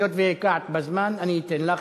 היות שהגעת בזמן אתן לך,